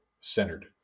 centered